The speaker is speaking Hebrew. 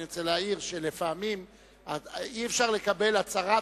אני רוצה להעיר שלפעמים אי-אפשר לקבל הצעת